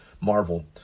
marvel